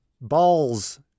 balls